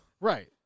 Right